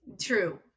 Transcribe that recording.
True